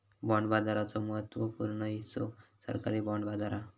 bond बाजाराचो महत्त्व पूर्ण हिस्सो सरकारी बाँड बाजार हा